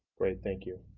great, thank you.